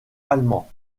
allemand